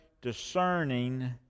discerning